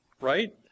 right